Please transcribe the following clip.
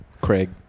Craig